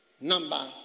number